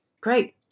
Great